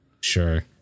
Sure